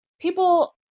people